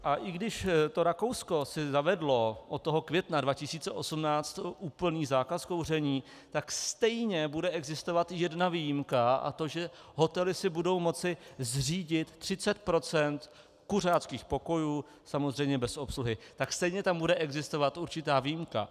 A i když si Rakousko zavedlo od května 2018 úplný zákaz kouření, tak stejně bude existovat jedna výjimka, a to že hotely si budou moci zřídit 30 % kuřáckých pokojů, samozřejmě bez obsluhy, tak stejně tam bude existovat určitá výjimka.